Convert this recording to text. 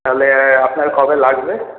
তাহলে আপনার কবে লাগবে